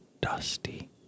dusty